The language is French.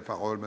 parole